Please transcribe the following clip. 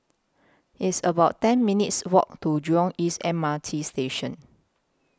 It's about ten minutes' Walk to Jurong East M R T Station